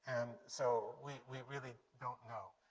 so we we really don't know.